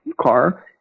car